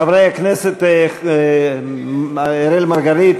חברי הכנסת אראל מרגלית,